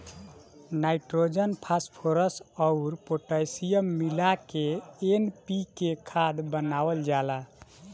nitrogen, phosphorus अउर potassium मिला के एन.पी.के खाद बनावल जाला